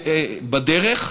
המכרז יצא, אדוני?